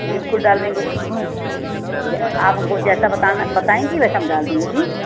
बिल्कुल डाल देंगे जे आप हमको जैसा बताना बताएंगी वैसा डाल देंगे ठीक